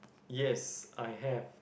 yes I have